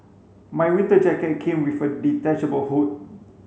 my winter jacket came with a detachable hood